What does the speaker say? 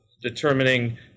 Determining